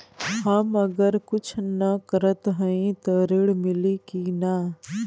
हम अगर कुछ न करत हई त ऋण मिली कि ना?